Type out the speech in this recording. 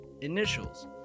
initials